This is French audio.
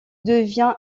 devient